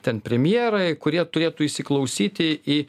ten premjerai kurie turėtų įsiklausyti į